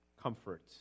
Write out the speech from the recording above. comfort